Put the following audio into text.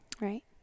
Right